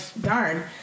darn